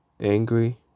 angry